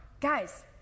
Guys